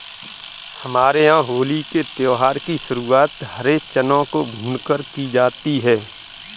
हमारे यहां होली के त्यौहार की शुरुआत हरे चनों को भूनकर की जाती है